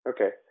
Okay